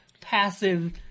passive